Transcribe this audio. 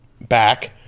back